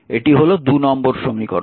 এটি হল নম্বর সমীকরণ